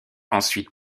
ensuite